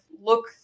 look